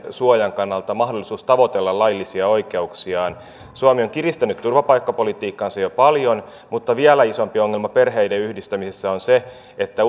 suojan kannalta mahdollisuus tavoitella laillisia oikeuksiaan suomi on kiristänyt turvapaikkapolitiikkaansa jo paljon mutta vielä isompi ongelma perheiden yhdistämisissä on se että